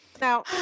Now